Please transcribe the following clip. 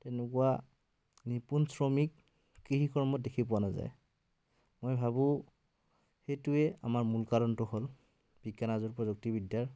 তেনেকুৱা নিপুণ শ্ৰমিক কৃষি কৰ্মত দেখি পোৱা নাযায় মই ভাবোঁ সেইটোৱে আমাৰ মূল কাৰণটো হ'ল বিজ্ঞান আৰু প্ৰযুক্তিবিদ্য়াৰ